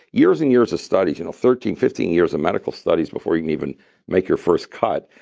years and years of studies, you know thirteen, fifteen years of medical studies before you can even make your first cut,